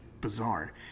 bizarre